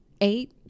eight